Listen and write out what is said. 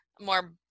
more